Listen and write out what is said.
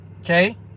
okay